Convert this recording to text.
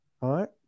right